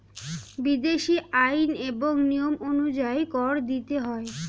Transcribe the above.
বিদেশী আইন এবং নিয়ম অনুযায়ী কর দিতে হয়